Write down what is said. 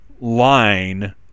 line